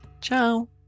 Ciao